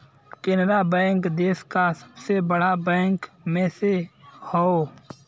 Canara bank देस का सबसे बड़ा बैंक में से हौ